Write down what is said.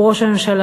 הוא ראש הממשלה,